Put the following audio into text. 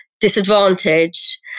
disadvantage